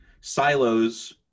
silos